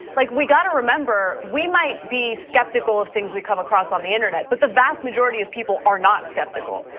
like we got to remember we might be skeptical of things we come across on the internet, but the vast majority of people are not skeptical.